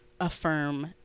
affirm